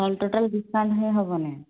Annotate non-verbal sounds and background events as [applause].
[unintelligible] total discount ନେଇ ହେବନି